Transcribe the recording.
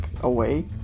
away